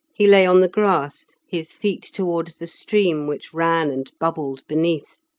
he lay on the grass, his feet towards the stream which ran and bubbled beneath,